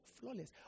Flawless